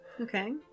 Okay